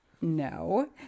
No